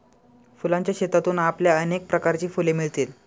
फुलांच्या शेतातून आपल्याला अनेक प्रकारची फुले मिळतील